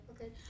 Okay